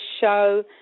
show